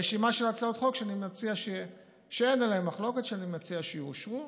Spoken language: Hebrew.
רשימה של הצעות חוק שאין עליהן מחלוקת שאני מציע שיאושרו.